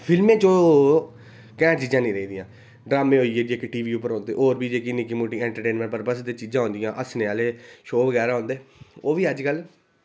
फिल्में च ओह् कैंट चीजां निं रेह्दियां ड्रामे होई गे जेह्के टी वी उप्पर औंदे होर फ्ही जेह्की निक्की मुट्टी एन्टरटेंनमैंट परपज दियां चीजां औंदियां हस्सने आह्ले शो बगैरा औंदे ओह् बी अज्जकल